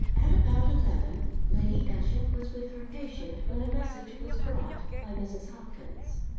at about eleven lady ushant was with her patient when a message was brought by mrs. hopkins.